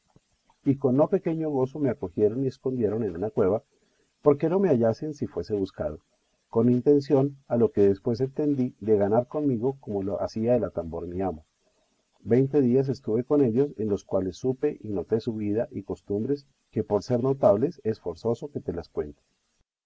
y con no pequeño gozo me acogieron y escondieron en una cueva porque no me hallasen si fuese buscado con intención a lo que después entendí de ganar conmigo como lo hacía el atambor mi amo veinte días estuve con ellos en los cuales supe y noté su vida y costumbres que por ser notables es forzoso que te las cuente